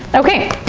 okay.